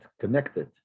connected